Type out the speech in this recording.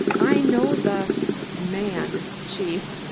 i know the man, chief,